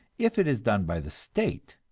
if it is done by the state,